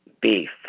beef